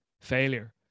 failure